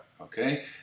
okay